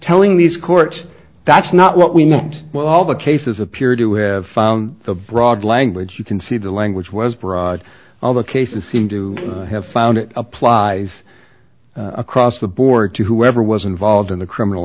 telling these court that's not what we meant all the cases appear to have the broad language you can see the language was broad all the cases seem to have found it applies across the board to whoever was involved in the criminal